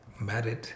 married